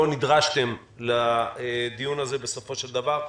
לא נדרשתם לדיון הזה בסופו של דבר.